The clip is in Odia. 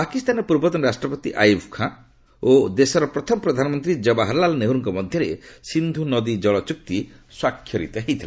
ପାକିସ୍ତାନର ପୂର୍ବତନ ରାଷ୍ଟ୍ରପତି ଆୟୁବ୍ ଖାଁ ଓ ଦେଶର ପ୍ରଥମ ପ୍ରଧାନମନ୍ତ୍ରୀ ଜବାହାରଲାଲ୍ ନେହରୁଙ୍କ ମଧ୍ୟରେ ସିନ୍ଧୁ ନଦୀ ଜଳ ଚୁକ୍ତି ସ୍ୱାକ୍ଷରିତ ହୋଇଥିଲା